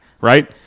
right